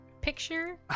picture